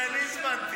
זה אני הזמנתי.